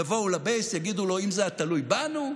יבואו לבייס, יגידו לו: אם זה היה תלוי בנו,